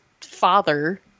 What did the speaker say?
father